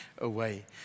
away